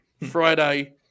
Friday